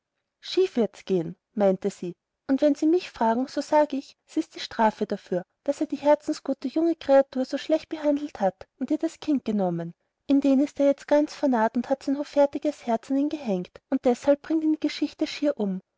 schief wird's gehen meinte sie und wenn sie mich fragen so sag ich s ist die strafe dafür daß er die herzgute junge kreatur so schlecht behandelt hat und ihr das kind genommen in den ist er jetzt ganz vernarrt und hat sein hoffärtiges herz an ihn gehängt und deshalb bringt ihn die geschichte schier um